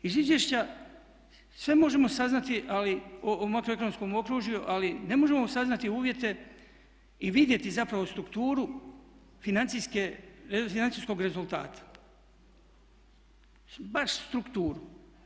Iz izvješća sve možemo saznati o makroekonomskom okružju, ali ne možemo saznati uvjete i vidjeti zapravo strukturu financijskog rezultata, baš strukturu.